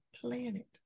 planet